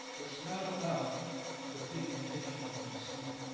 it's not about the pigmentation of my skin